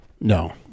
No